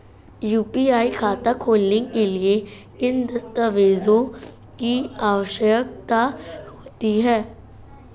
UPI खाता खोलने के लिए किन दस्तावेज़ों की आवश्यकता होती है?